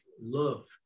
love